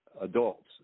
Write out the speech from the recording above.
adults